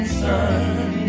sun